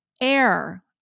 air